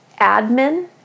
admin